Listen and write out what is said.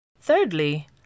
Thirdly